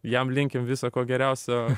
jam linkim visa ko geriausio